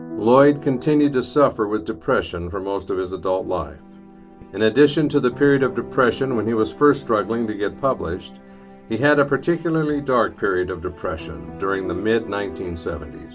lloyd continued to suffer with depression for most of his adult life in addition to the period of depression depression when he was first struggling to get published he had a particularly dark period of depression during the mid nineteen seventy s.